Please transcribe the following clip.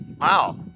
wow